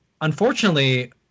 Unfortunately